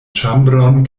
ĉambron